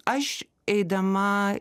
aš eidama